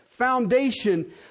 foundation